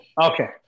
Okay